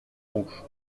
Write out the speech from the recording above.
rouge